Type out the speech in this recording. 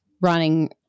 running